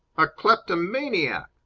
a kleptomaniac!